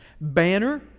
Banner